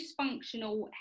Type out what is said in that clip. dysfunctional